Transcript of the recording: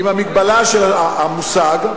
עם המגבלה של המושג,